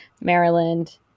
Maryland